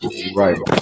Right